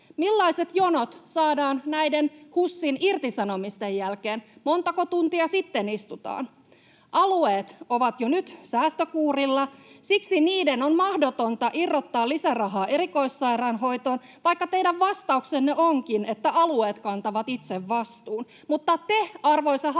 Millaiset jonot saadaan näiden HUSin irtisanomisten jälkeen, montako tuntia sitten istutaan? Alueet ovat jo nyt säästökuurilla. Siksi niiden on mahdotonta irrottaa lisärahaa erikoissairaanhoitoon, vaikka teidän vastauksenne onkin, että alueet kantavat itse vastuun. Mutta te, arvoisa hallitus,